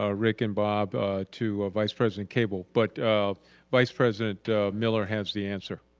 ah rick and bob to ah vice-president cable but vice-president miller has the answer.